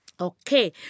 Okay